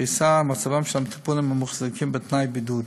הפריסה והמצב של המטופלים המוחזקים בתנאי בידוד.